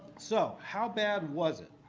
so, how bad was it?